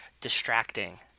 distracting